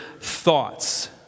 thoughts